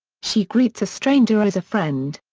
she greets a stranger as a friend.